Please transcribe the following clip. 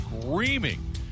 screaming